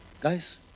Guys